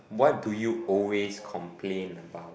what do you always complain about